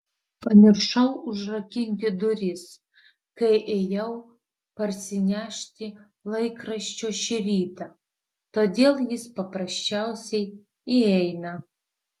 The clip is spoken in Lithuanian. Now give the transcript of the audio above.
pamiršau užrakinti duris kai ėjau parsinešti laikraščio šį rytą todėl jis paprasčiausiai įeina